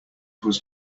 was